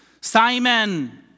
Simon